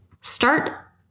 Start